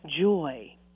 joy